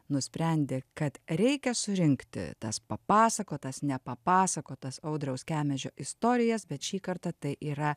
nusprendė kad reikia surinkti tas papasakotas nepapasakotas audriaus kemežio istorijas bet šį kartą tai yra